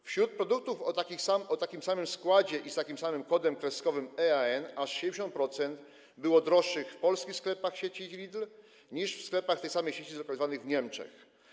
Wśród produktów o takim samym składzie i z takim samym kodem kreskowym EAN aż 70% było droższych w polskich sklepach sieci Lidl niż w sklepach tej samej sieci zlokalizowanych w Niemczech.